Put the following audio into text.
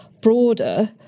broader